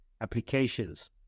applications